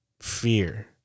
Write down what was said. fear